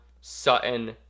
Sutton